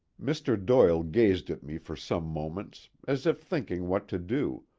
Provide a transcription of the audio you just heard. mr. doyle gazed at me for some moments as if thinking what to do,